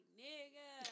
nigga